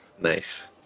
Nice